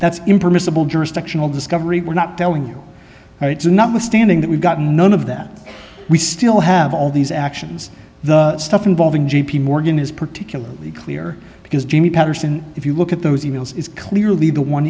that's impermissible jurisdictional discovery we're not telling you now it's not withstanding that we've got none of that we still have all these actions the stuff involving j p morgan is particularly clear because jamie patterson if you look at those e mails is clearly the one